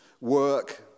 work